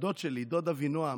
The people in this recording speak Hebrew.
כשהדוד שלי, דוד אבינועם,